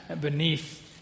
beneath